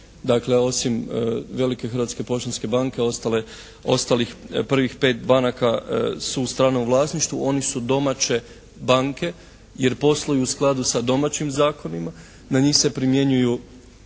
dakle osim velike Hrvatske poštanske banke, ostalih prvih 5 banaka su u stranom vlasništvu, oni su domaće banke jer posluju u skladu sa domaćim zakonima, na njih se primjenjuju